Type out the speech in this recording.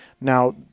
Now